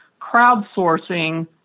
crowdsourcing